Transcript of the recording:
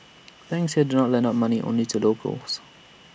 banks here drawn lend out money only to locals